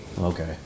Okay